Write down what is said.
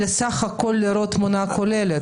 אלא סך הכול לראות תמונה כוללת.